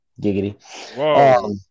Giggity